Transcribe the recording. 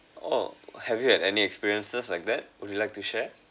oh have you had any experiences like that would you like to share